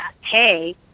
hey